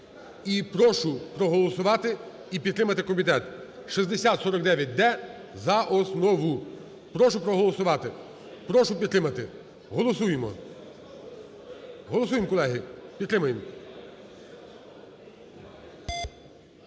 прошу проголосувати і підтримати комітет: 6049-д – за основу. Прошу проголосувати, прошу підтримати. Голосуємо. Голосуємо, колеги, підтримаємо.